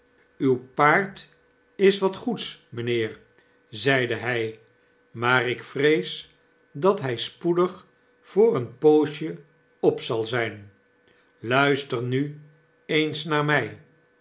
uw paard is wat goeds mynheer zeide hy maar ik vrees dat hy spoedig voor een poosje op zal zp luister nu eens naar my